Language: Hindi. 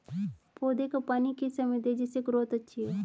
पौधे को पानी किस समय दें जिससे ग्रोथ अच्छी हो?